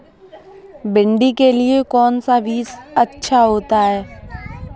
भिंडी के लिए कौन सा बीज अच्छा होता है?